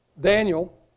Daniel